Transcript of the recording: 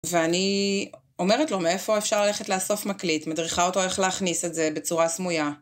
ואני אומרת לו, מאיפה אפשר ללכת לאסוף מקליט, מדריכה אותו איך להכניס את זה בצורה סמויה.